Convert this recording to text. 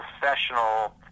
professional